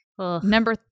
Number